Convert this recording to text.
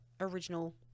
original